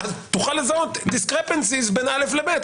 אז תוכל לזהות חוסר התאמות בין א' ל-ב'.